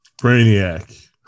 Brainiac